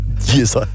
Yes